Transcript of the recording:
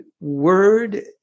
word